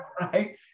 right